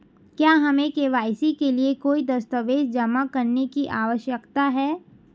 क्या हमें के.वाई.सी के लिए कोई दस्तावेज़ जमा करने की आवश्यकता है?